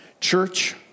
Church